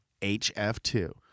HF2